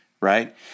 right